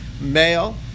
male